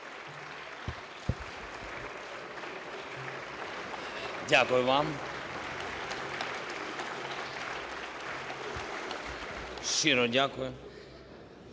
Дякую вам. Щиро дякую.